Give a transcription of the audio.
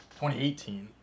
2018